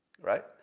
right